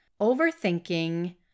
overthinking